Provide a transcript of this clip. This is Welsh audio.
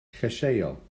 llysieuol